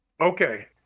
Okay